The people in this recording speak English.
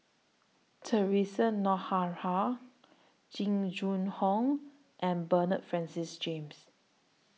Theresa Jing Jun Hong and Bernard Francis James